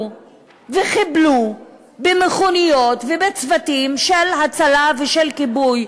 וחיבלו במכוניות ובצוותים של הצלה ושל כיבוי?